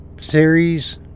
series